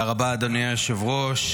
תודה רבה, אדוני היושב-ראש.